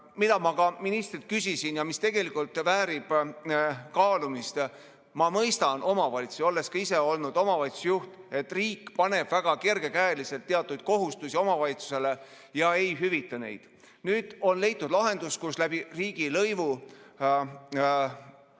kohta ma ka ministrilt küsisin ja mis tegelikult väärib kaalumist. Ma mõistan omavalitsusi, olles ka ise olnud omavalitsusjuht, et riik paneb väga kergekäeliselt teatud kohustusi omavalitsusele, aga ei hüvita neid. Nüüd on leitud lahendus ja riigilõivu